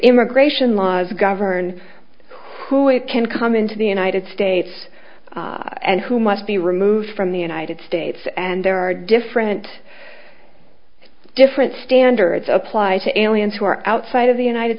immigration laws govern who it can come into the united states and who must be removed from the united states and there are different different standards apply to an alien who are outside of the united